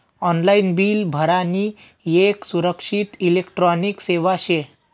online bill भरानी येक सुरक्षित इलेक्ट्रॉनिक सेवा शे